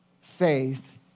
faith